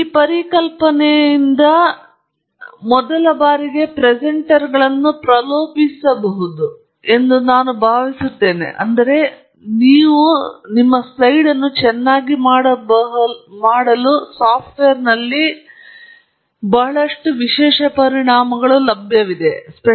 ಈ ಪರಿಕಲ್ಪನೆಯಿಂದ ಮೊದಲ ಬಾರಿಗೆ ಪ್ರೆಸೆಂಟರ್ಗಳನ್ನು ಪ್ರಲೋಭಿಸಬಹುದೆಂದು ನಾನು ಭಾವಿಸುತ್ತೇನೆ ನಿಮ್ಮ ಸ್ಲೈಡ್ಗೆ ನೀವು ಎಸೆಯಬಹುದಾದ ಸಾಫ್ಟ್ವೇರ್ನಲ್ಲಿ ಸಾಕಷ್ಟು ವಿಶೇಷ ಪರಿಣಾಮಗಳು ಲಭ್ಯವಿವೆ